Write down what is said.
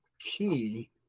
key